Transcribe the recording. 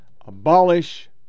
Abolish